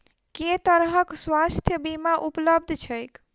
केँ तरहक स्वास्थ्य बीमा उपलब्ध छैक?